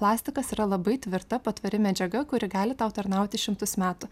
plastikas yra labai tvirta patvari medžiaga kuri gali tau tarnauti šimtus metų